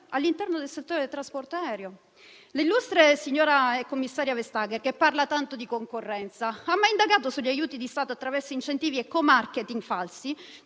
all'interno del settore trasporto aereo? L'illustre commissaria Vestager, che parla tanto di concorrenza, ha mai indagato sugli aiuti di Stato attraverso incentivi e *co-marketing* falsi